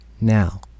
Now